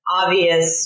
obvious